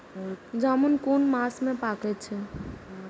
जामून कुन मास में पाके छै?